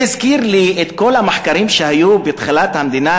זה הזכיר לי את כל המחקרים שהיו בתחילת המדינה,